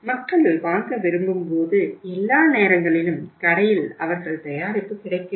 மக்கள் வாங்க விரும்பும்போது எல்லா நேரங்களிலும் கடையில் அவர்கள் தயாரிப்பு கிடைக்க வேண்டும்